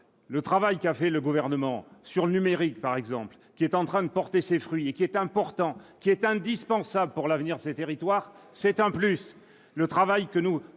Le travail réalisé par le Gouvernement sur le numérique par exemple, qui est en train de porter ses fruits et qui est important et même indispensable pour l'avenir de ces territoires, constitue un plus. Le travail que nous